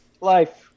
life